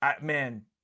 man